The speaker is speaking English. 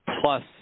plus